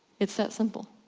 it's that simple.